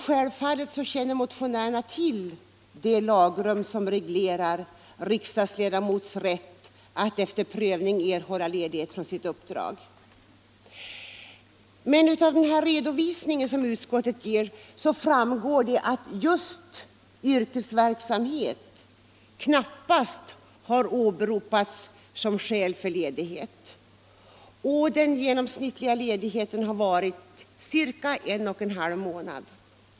Självfallet känner motionärerna till det lagrum som reglerar riksdagsledamots rätt att efter prövning erhålla ledighet från sitt uppdrag. Av den redovisning som utskottet ger framgår emellertid att just yrkesverksamhet knappast har åberopats som skäl för ledighet. Den genomsnittliga ledigheten har varit ca en och en halv månad.